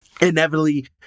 Inevitably